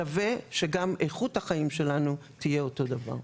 שווה שגם איכות החיים שלנו תהיה אותו הדבר.